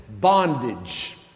bondage